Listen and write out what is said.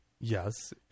yes